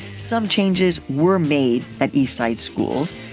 some changes were made at eastside schools.